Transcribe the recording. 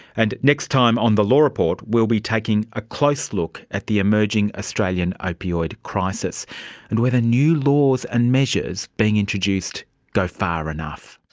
and next time on the law report, we'll be taking a close look at the emerging australian opioid crisis and whether new laws and measures being introduced go far enough.